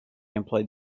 employed